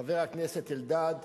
חבר הכנסת אלדד,